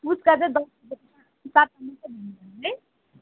पुच्का चाहिँ दस